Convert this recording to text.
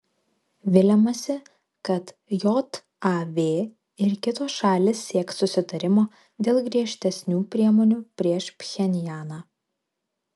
viliamasi kad jav ir kitos šalys sieks susitarimo dėl griežtesnių priemonių prieš pchenjaną